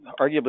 arguably